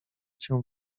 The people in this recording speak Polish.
cię